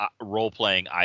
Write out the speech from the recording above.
role-playing